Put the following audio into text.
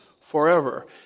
forever